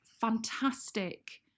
fantastic